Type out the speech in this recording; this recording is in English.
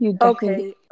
Okay